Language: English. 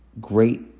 great